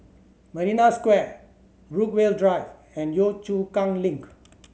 Marina Square Brookvale Drive and Yio Chu Kang Link